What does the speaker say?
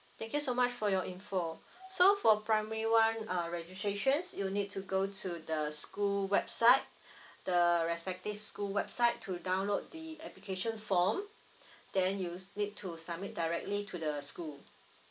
thank you so much for your info so for primary one uh registrations you need to go to the school website the respective school website to download the application form then you need to submit directly to the school